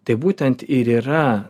tai būtent ir yra